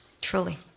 truly